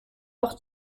auch